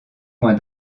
moins